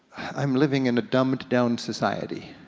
i'm living in a dumbed-down society.